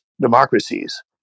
democracies